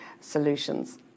solutions